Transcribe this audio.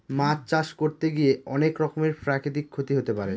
মাছ চাষ করতে গিয়ে অনেক রকমের প্রাকৃতিক ক্ষতি হতে পারে